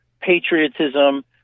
patriotism